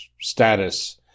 status